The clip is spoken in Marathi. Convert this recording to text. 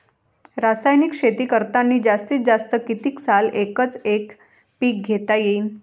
रासायनिक शेती करतांनी जास्तीत जास्त कितीक साल एकच एक पीक घेता येईन?